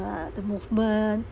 uh the movement